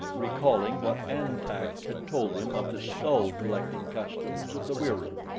recalling what an-tak had told him of the skull-collecting customs of the wieroo.